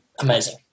amazing